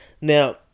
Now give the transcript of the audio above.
Now